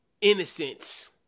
innocence